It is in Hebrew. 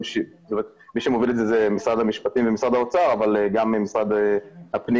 ומי שמוביל את זה הם משרדי המשפטים והאוצר אבל גם ממשרד הפנים